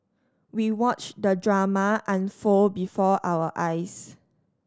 we watched the drama unfold before our eyes